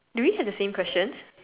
do we have the same questions